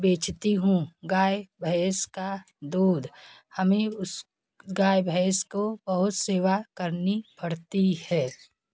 बेचती हूँ गाय भैंस का दूध हमें उस गाय भैंस को बहुत सेवा करनी पड़ती हैं